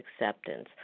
acceptance